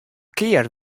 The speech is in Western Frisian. kear